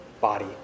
body